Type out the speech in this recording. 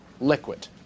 liquid